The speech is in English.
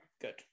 good